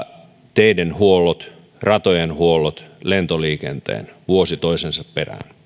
teiden huollot ratojen huollot lentoliikenteen vuosi toisensa perään